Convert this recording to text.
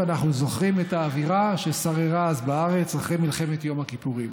ואנחנו זוכרים את האווירה ששררה אז בארץ אחרי מלחמת יום הכיפורים.